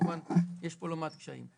כמובן יש פה לא מעט קשיים.